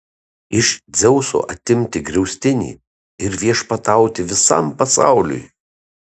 iš dzeuso atimti griaustinį ir viešpatauti visam pasauliui